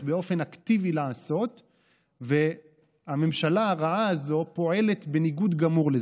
באופן אקטיבי לעשות והממשלה הרעה הזאת פועלת בניגוד גמור לזה,